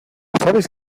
sabes